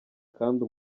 kandi